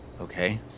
Okay